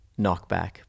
knockback